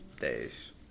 Days